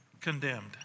condemned